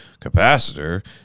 Capacitor